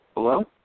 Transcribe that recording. Hello